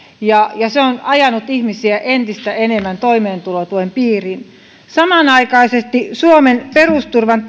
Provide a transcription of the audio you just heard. ja se on ajanut ihmisiä entistä enemmän toimeentulotuen piiriin samanaikaisesti suomen perusturvan